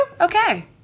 Okay